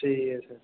ठीक ऐ सर